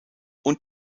und